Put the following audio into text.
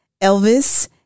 Elvis